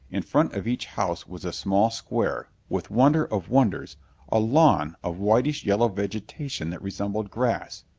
in front of each house was a small square with wonder of wonders a lawn of whitish yellow vegetation that resembled grass.